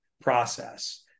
process